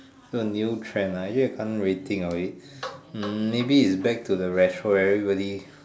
so new trend ah you'll come be think of it maybe its back to the retro where everybody